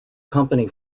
company